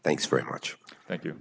thanks very much thank you